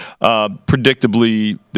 predictably